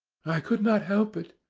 i could not help it,